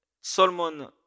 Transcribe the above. Solomon